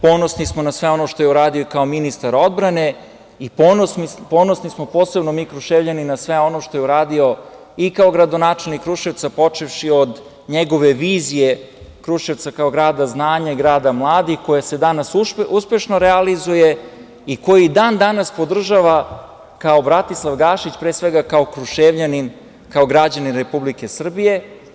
Ponosni smo i na sve ono što je uradio kao ministar odbrane i ponosni smo posebno mi Kruševljani na sve ono što je uradio i kao gradonačelnik Kruševca, počevši od njegove vizije Kruševca kao grada znanja, grada mladih, koja se danas uspešno realizuje i koji i dan-danas podržava kao Bratislav Gašić, pre svega kao Kruševljanin, kao građanin Republike Srbije.